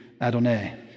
Adonai